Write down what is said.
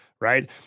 right